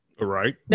right